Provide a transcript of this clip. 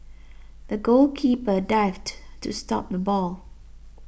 the goalkeeper dived to stop the ball